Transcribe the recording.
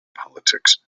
politics